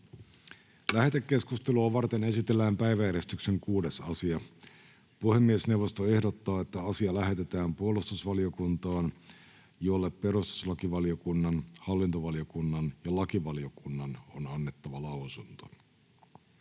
Lähetekeskustelua varten esitellään päiväjärjestyksen 6. asia. Puhemiesneuvosto ehdottaa, että asia lähetetään puolustusvaliokuntaan, jolle perustuslakivaliokunnan, hallintovaliokunnan ja lakivaliokunnan on annettava lausunto.